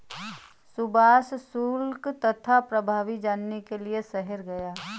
सुभाष शुल्क तथा प्रभावी जानने के लिए शहर गया